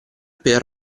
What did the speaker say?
per